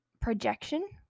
projection